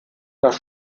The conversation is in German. das